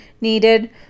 needed